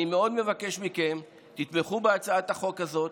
אני מאוד מבקש מכם: תמכו בהצעת החוק הזאת.